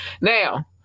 Now